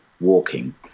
walking